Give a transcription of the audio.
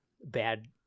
bad